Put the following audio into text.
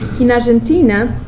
in argentina,